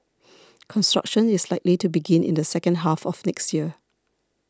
construction is likely to begin in the second half of next year